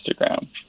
Instagram